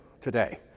today